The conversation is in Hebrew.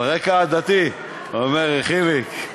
על רקע עדתי, אומר חיליק.